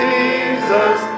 Jesus